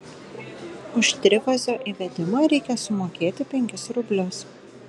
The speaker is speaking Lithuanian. už trifazio įvedimą reikia sumokėti penkis rublius